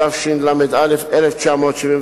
התשל"א 1971,